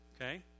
okay